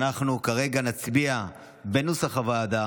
נצביע כנוסח הוועדה